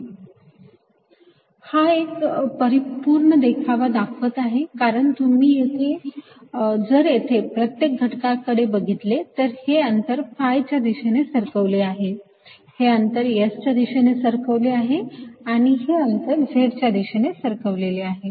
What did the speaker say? dlsdssdϕdssdzz हा एक परिपूर्ण देखावा दाखवत आहे कारण तुम्ही जर येथे प्रत्येक घटकाकडे बघितले तर हे अंतर phi च्या दिशेने सरकवले आहे हे अंतर S च्या दिशेने सरकवले आहे आणि हे अंतर z च्या दिशेने सरकवले आहे